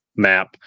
Map